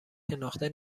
شناخته